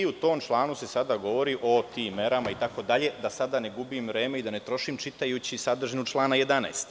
U tom članu se sada govori o tim merama itd, da sada ne gubim vreme i da ne trošim čitajući sadržinu člana 11.